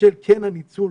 של ניצול